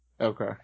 Okay